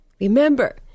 Remember